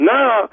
Now